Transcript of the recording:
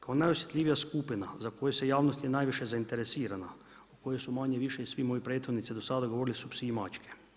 Kao najosjetljivija skupina za koju je javnost najviše zainteresirana, o kojoj su manje-više svi moji prethodnici do sada govorili su psi i mačke.